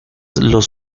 los